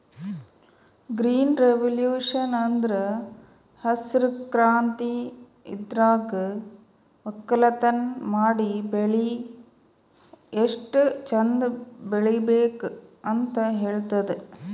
green revolution ಅಂದ್ರ ಹಸ್ರ್ ಕ್ರಾಂತಿ ಇದ್ರಾಗ್ ವಕ್ಕಲತನ್ ಮಾಡಿ ಬೆಳಿ ಎಷ್ಟ್ ಚಂದ್ ಬೆಳಿಬೇಕ್ ಅಂತ್ ಹೇಳ್ತದ್